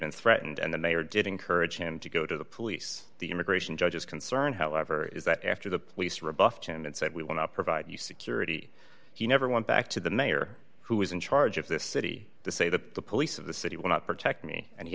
been threatened and the mayor did encourage him to go to the police the immigration judges concern however is that after the police rebuffed and said we will not provide you security he never went back to the mayor who is in charge of this city to say that the police of the city will not protect me and he